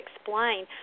explain